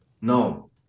No